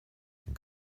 den